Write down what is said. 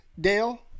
Dale